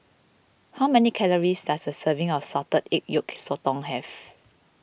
how many calories does a serving of Salted Egg Yolk Sotong have